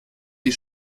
die